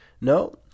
No